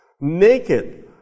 Naked